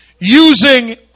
Using